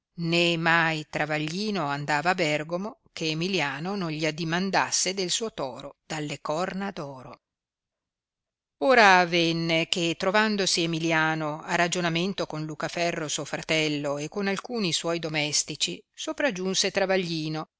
né mai travaglino andava a bergomo che emiliano non gli addimandasse del suo toro dalle corna d oro ora avenne che trovandosi emilliano a ragionamento con lucaferro suo fratello e con alcuni suoi domestici sopragiunse travaglino